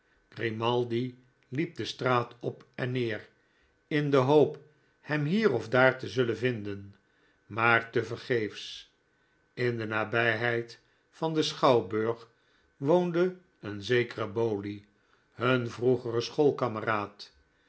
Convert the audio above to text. grimaldi liep de straat op en neer in de hoop hem hier of daar te zullen vinden maar tevergeefs in de nabijheid van den schouwburg woonde een zekere bowley hun vroegere